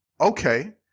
Okay